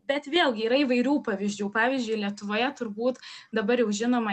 bet vėlgi yra įvairių pavyzdžių pavyzdžiui lietuvoje turbūt dabar jau žinoma